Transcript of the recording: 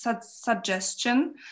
suggestion